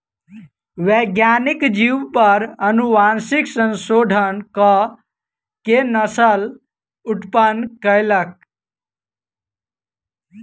वैज्ञानिक जीव पर अनुवांशिक संशोधन कअ के नस्ल उत्पन्न कयलक